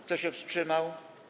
Kto się wstrzymał?